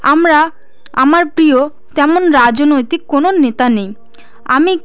আমরা আমার প্রিয় তেমন রাজনৈতিক কোনও নেতা নেই আমি